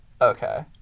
Okay